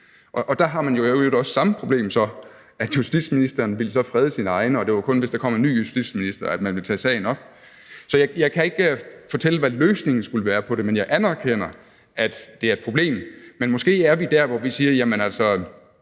og der har man jo så i øvrigt også det samme problem, altså at justitsministeren så ville frede sine egne, og at det kun var, hvis der kom en ny justitsminister, man ville tage sagen op. Så jeg kan ikke fortælle, hvad løsningen på det skulle være, men jeg anerkender, at det er et problem. Men måske er vi der, hvor vi siger, at ligesom